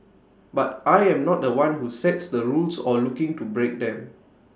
but I am not The One who sets the rules or looking to break them